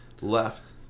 left